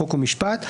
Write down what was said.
חוק ומשפט.